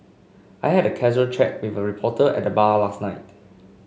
I had a casual chat with a reporter at the bar last night